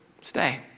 Stay